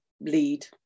lead